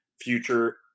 future